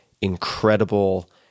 incredible